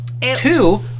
two